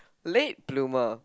late bloomer